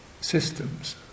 systems